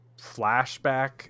flashback